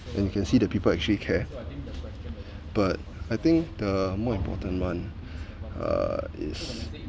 and you can see the people actually care but I think the more important one uh is